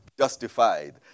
justified